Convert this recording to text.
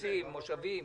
קיבוצים ומושבים.